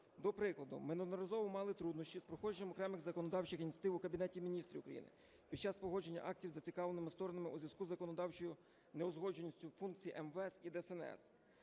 До прикладу, ми неодноразово мали труднощі з проходженням окремих законодавчих ініціатив у Кабінеті Міністрів України під час погодження актів із зацікавленими сторонами у зв'язку із законодавчою неузгодженістю функцій МВС і ДСНС.